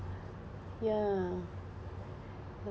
ya